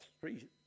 three